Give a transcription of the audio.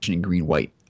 green-white